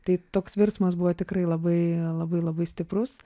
tai toks virsmas buvo tikrai labai labai labai stiprus